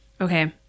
Okay